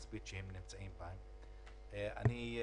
אחרת,